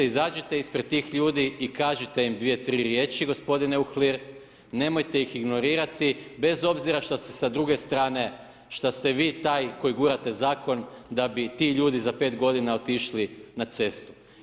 Izađite ispred tih ljudi i kažite im dvije, tri riječi gospodine Uhlir, nemojte ih ignorirati bez obzira šta ste sa druge strane, šta ste vi taj koji gurate zakon da bi ti ljudi za pet godina otišli na cestu.